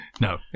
No